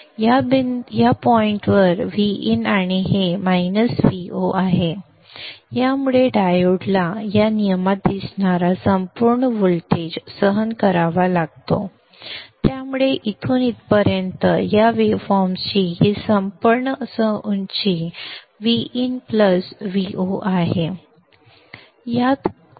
या बिंदूवर Vin आणि हे Vo आहे त्यामुळे डायोडला या नियमात दिसणारा संपूर्ण व्होल्टेज सहन करावा लागतो त्यामुळे इथून इथपर्यंत या वेव्हफॉर्मची ही संपूर्ण उंची Vin Vo आहे